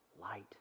light